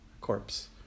corpse